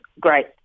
great